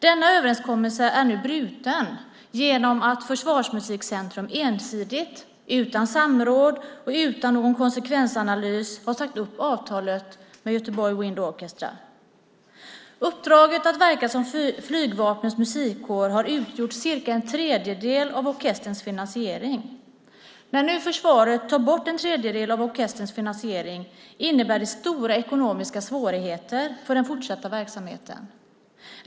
Denna överenskommelse är nu bruten genom att Försvarsmusikcentrum ensidigt, utan samråd och utan någon konsekvensanalys, har sagt upp avtalet med Göteborg Wind Orchestra. Uppdraget att verka som Flygvapnets musikkår har utgjort cirka en tredjedel av orkesterns finansiering. När nu försvaret tar bort en tredjedel av orkesterns finansiering innebär det stora ekonomiska svårigheter för den fortsatta verksamheten.